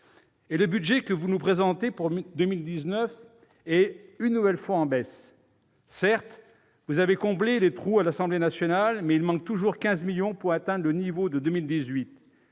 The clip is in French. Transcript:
Et le budget que vous nous présentez pour 2019 est une nouvelle fois en diminution. Certes, vous avez comblé les trous à l'Assemblée nationale, mais il manque toujours 15 millions d'euros pour atteindre le niveau de 2018.